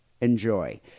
Enjoy